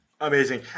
Amazing